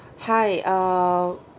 hi err